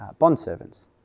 bondservants